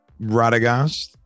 Radagast